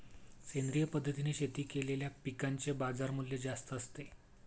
सेंद्रिय पद्धतीने शेती केलेल्या पिकांचे बाजारमूल्य जास्त असते